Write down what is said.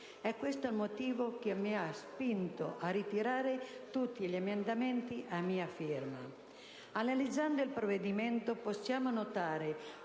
É questo il motivo che mi ha spinto a ritirare tutti gli emendamenti a mia firma. Analizzando il provvedimento possiamo notare